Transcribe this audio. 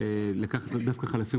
לקחת דווקא חלפים